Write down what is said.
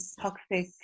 toxic